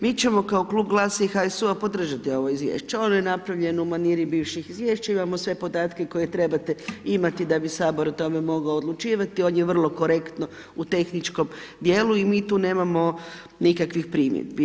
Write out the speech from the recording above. Mi ćemo kao Klub GLAS-a i HSU-a podržati ovo Izvješće, ono je napravljeno u maniri bivših Izvješća, imamo sve podatke koje trebate imati da bi Sabor o tome mogao odlučivati, on je vrlo korektno u tehničkom dijelu, i mi tu nemamo nikakvih primjedbi.